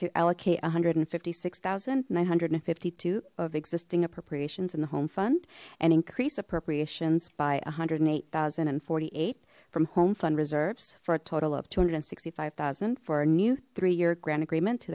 allocate a hundred and fifty six thousand nine hundred and fifty two of existing appropriations in the home fund and increase appropriations by a hundred and eight thousand and forty eight from home fund reserves for a total of two hundred and sixty five thousand for a new three year grant agreement to